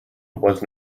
was